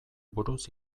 buruz